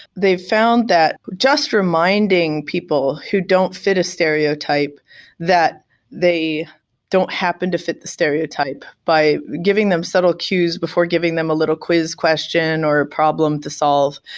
they found that just for minding people who don't fit a stereotype that they don't happen to fit the stereotype by giving them settle queues before giving them a little quiz question, or problem to solve,